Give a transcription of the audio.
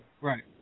right